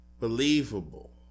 believable